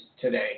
today